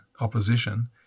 opposition